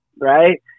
right